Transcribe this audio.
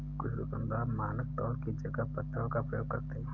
कुछ दुकानदार मानक तौल की जगह पत्थरों का प्रयोग करते हैं